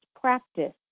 practice